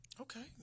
Okay